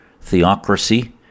theocracy